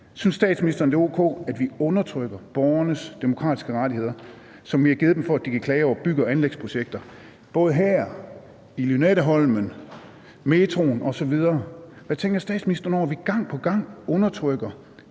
om statsministeren synes, det er o.k., at vi undertrykker borgernes demokratiske rettigheder, som vi har givet dem, til at klage over bygge- og anlægsprojekter, både her i Lynetteholmen, metroen osv. Hvad tænker statsministeren om, at vi gang på gang undertrykker